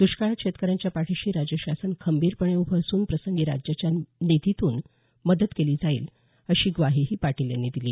दुष्काळात शेतकऱ्यांच्या पाठीशी राज्य शासन खंबीरपणे उभं असून प्रसंगी राज्याच्या निधीतून मदत केली जाईल अशी ग्वाहीही पाटील यांनी दिली